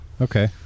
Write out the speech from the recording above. Okay